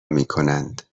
میکنند